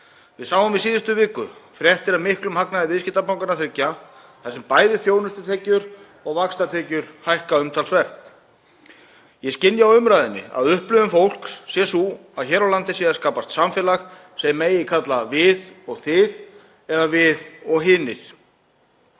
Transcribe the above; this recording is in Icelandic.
Við sáum í síðustu viku fréttir af miklum hagnaði viðskiptabankanna þriggja þar sem bæði þjónustutekjur og vaxtatekjur hækka umtalsvert. Ég skynja á umræðunni að upplifun fólks er sú að hér á landi sé að skapast samfélag sem megi kalla „við og þið“ eða „við og hinir“.